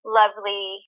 lovely